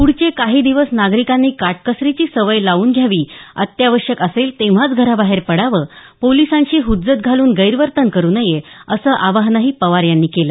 पुढचे काही दिवस नागरिकांनी काटकसरीची सवय लावून घ्यावी अत्यावश्यक असेल तेव्हाच घराबाहेर पडावं पोलिसांशी हज्जत घालून गैरवर्तन करू नये असं आवाहनही पवार यांनी केलं